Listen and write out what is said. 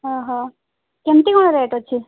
ଅ ହ କେମତି କ'ଣ ରେଟ୍ ଅଛି